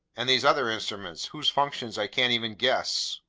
and these other instruments, whose functions i can't even guess?